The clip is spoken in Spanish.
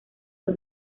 fue